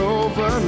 over